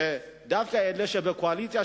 שדווקא אלה שבקואליציה,